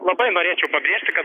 labai norėčiau pabrėžti kad